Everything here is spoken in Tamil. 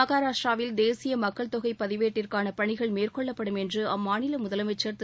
மகாராஷ்ட்ராவில் தேசிய மக்கள் தொகை பதிவேட்டிற்கான பணிகள் மேற்கொள்ளப்படும் என்று அம்மாநில முதலமைச்சர் திரு